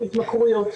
--- התמכרויות.